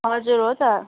हजुर हो त